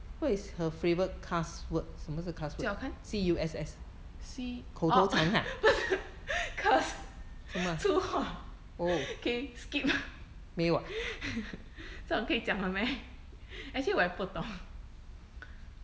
借我看 C orh 不是 curse 粗话 okay skip 这种可以讲的 meh actually 我也不懂